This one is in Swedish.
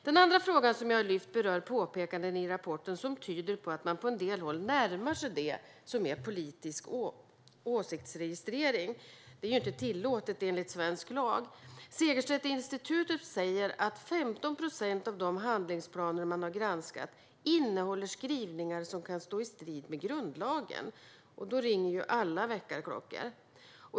Den andra fråga som jag har lyft berör påpekanden i rapporten som tyder på att man på en del håll närmar sig det som är politisk åsiktsregistrering. Det är inte tillåtet, enligt svensk lag. Segerstedtinstitutet säger att 15 procent av de handlingsplaner man har granskat innehåller skrivningar som kan stå i strid med grundlagen. Då ringer alla varningsklockor.